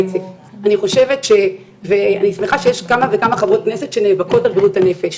אני שמחה שיש כמה וכמה חברות כנסת שנאבקות על בריאות הנפש.